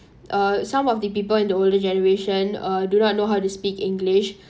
uh some of the people in the older generation uh do not know how to speak english